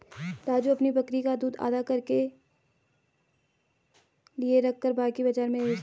राजू अपनी बकरी का दूध आधा घर के लिए रखकर बाकी बाजार में बेचता हैं